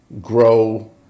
grow